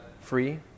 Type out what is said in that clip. free